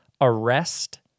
ARREST